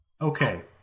Okay